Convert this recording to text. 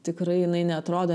tikrai jinai neatrodo